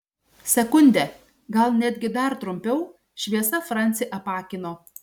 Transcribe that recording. sekundę gal netgi dar trumpiau šviesa francį apakino